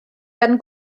gan